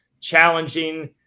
challenging